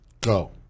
Go